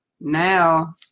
now